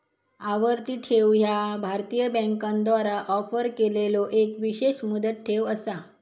आवर्ती ठेव ह्या भारतीय बँकांद्वारा ऑफर केलेलो एक विशेष मुदत ठेव असा